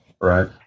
Right